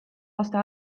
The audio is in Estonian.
laste